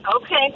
Okay